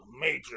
major